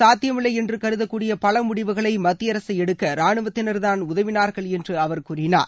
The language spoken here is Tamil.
சாத்தியமில்லை என்று கருதக்கூடிய பல முடிவுகளை மத்திய இதுவரை ராணுவத்தினர்தான் உதவினார்கள் என்று அவர் கூறினார்